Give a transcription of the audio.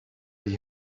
that